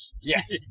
Yes